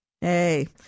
Hey